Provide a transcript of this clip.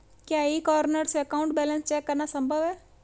क्या e corner से account balance check करना संभव है?